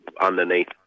underneath